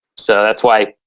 so that's why,